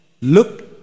Look